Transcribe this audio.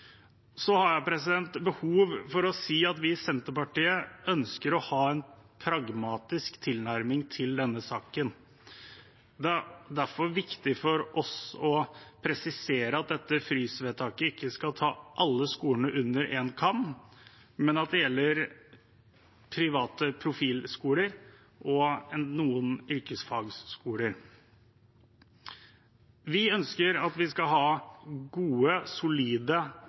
Jeg har behov for å si at vi i Senterpartiet ønsker å ha en pragmatisk tilnærming til denne saken. Det er derfor viktig for oss å presisere at dette frysvedtaket ikke skal skjære alle skolene over én kam, men at det gjelder private profilskoler og noen yrkesfagskoler. Vi ønsker at vi skal ha gode, solide